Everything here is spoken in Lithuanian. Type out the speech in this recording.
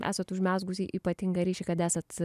esat užmezgusi ypatingą ryšį kad esat